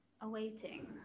awaiting